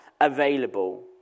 available